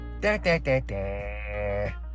Da-da-da-da